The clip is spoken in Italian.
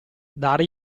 dare